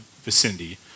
vicinity